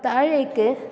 താഴേക്ക്